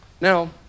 Now